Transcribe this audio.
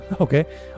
okay